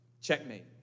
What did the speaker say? Checkmate